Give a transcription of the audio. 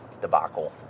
debacle